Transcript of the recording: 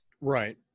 Right